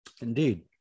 Indeed